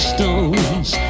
stones